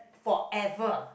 forever